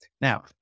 Now